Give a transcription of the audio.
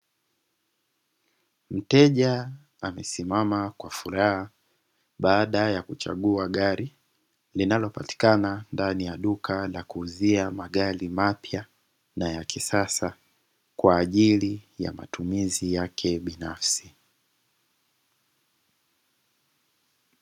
Mteja amesimama kwa furaha, baada ya kuchagua gari linalo patikana ndani ya duka la kuuzia magari mapya na ya kisasa, kwa ajili ya matumizi yake binafsi.